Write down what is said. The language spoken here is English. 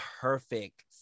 perfect